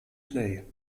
play